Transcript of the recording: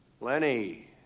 Lenny